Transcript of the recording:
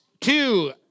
two